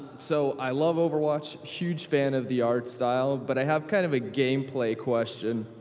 so, i love overwatch, huge fan of the art style, but i have kind of a gameplay question.